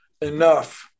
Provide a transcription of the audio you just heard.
enough